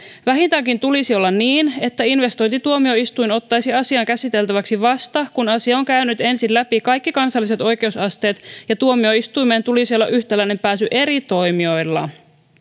vähintäänkin tulisi olla niin että investointituomioistuin ottaisi asian käsiteltäväksi vasta kun asia on ensin käynyt läpi kaikki kansalliset oikeusasteet ja tuomioistuimeen tulisi olla yhtäläinen pääsy eri toimijoilla